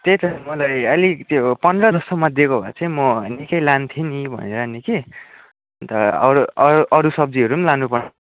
त्यही त मलाई अलिक त्यो पन्ध्र जस्तोमा दिएको भए चाहिँ म निकै लान्थेँ नि भनेर नि कि अन्त अरू अरू अरू सब्जीहरू पनि लानु पर्ने